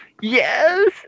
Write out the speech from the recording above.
Yes